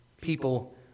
people